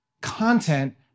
content